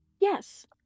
Yes